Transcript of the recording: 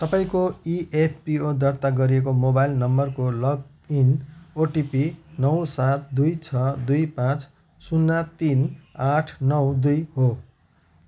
तपाईँँको इएफपिओ दर्ता गरिएको मोबाइल नम्बरको लगइन ओटिपी नौ सात दुई छ दुई पाँच शून्य तिन आठ नौ दुई हो